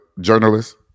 journalist